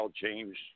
James